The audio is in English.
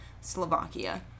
Slovakia